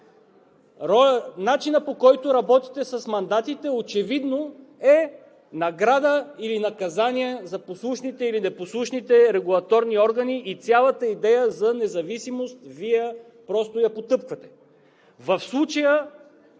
Начинът, по който работите с мандатите, очевидно е награда или наказание за послушните или непослушните регулаторни органи и цялата идея за независимост Вие просто я потъпквате.